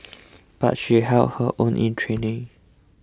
but she held her own in training